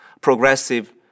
progressive